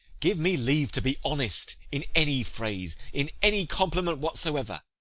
give me leave to be honest in any phrase, in any compliment whatsoever.